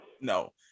No